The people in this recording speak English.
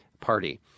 Party